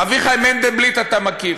אביחי מנדלבליט, אתה מכיר.